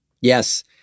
Yes